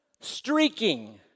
Streaking